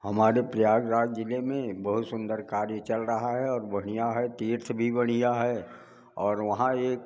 हमारे प्रयागराज ज़िले में बहुत सुंदर कार्य चल रहा है और बढ़िया है तीर्थ भी बढ़िया है और वहाँ एक